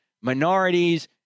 minorities